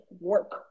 work